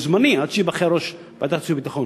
זמני עד שייבחר יושב-ראש ועדת חוץ וביטחון.